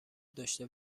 داشته